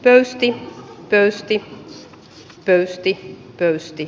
eesti eesti resti pöysti